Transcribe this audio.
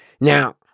Now